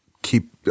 keep